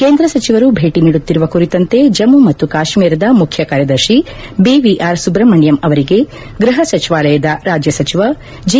ಕೇಂದ್ರ ಸಚಿವರು ಭೇಟಿ ನೀಡುತ್ತಿರುವ ಕುರಿತಂತೆ ಜಮ್ಮು ಮತ್ತು ಕಾಶ್ಮೀರದ ಮುಖ್ಯ ಕಾರ್ಯದರ್ಶಿ ಬಿವಿಆರ್ ಸುಬ್ರಮಣಿಯಮ್ ಅವರಿಗೆ ಗೃಹ ಸಚಿವಾಲಯದ ರಾಜ್ಯ ಸಚಿವ ಜಿ